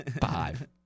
five